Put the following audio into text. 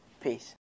Peace